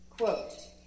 Quote